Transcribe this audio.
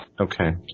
Okay